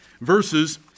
Verses